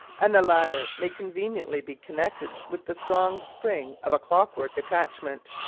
and the latter may conveniently be connected with the strong spring of a clockwork attachment,